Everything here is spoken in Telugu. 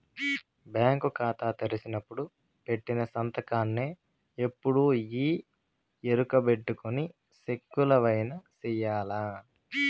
బ్యాంకు కాతా తెరిసినపుడు పెట్టిన సంతకాన్నే ఎప్పుడూ ఈ ఎరుకబెట్టుకొని సెక్కులవైన సెయ్యాల